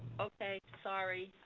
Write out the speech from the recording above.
okay, sorry.